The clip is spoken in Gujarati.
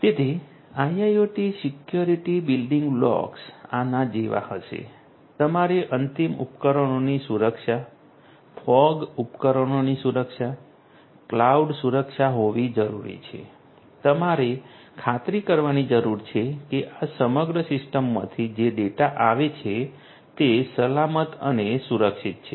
તેથી આઈઆઈઓટી સિક્યોરિટી બિલ્ડિંગ બ્લોક્સ આના જેવા હશે તમારે અંતિમ ઉપકરણોની સુરક્ષા ફોગ ઉપકરણોની સુરક્ષા કલોઉડ સુરક્ષા હોવી જરૂરી છે તમારે ખાતરી કરવાની જરૂર છે કે આ સમગ્ર સિસ્ટમમાંથી જે ડેટા આવે છે તે સલામત અને સુરક્ષિત છે